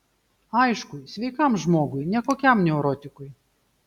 aišku sveikam žmogui ne kokiam neurotikui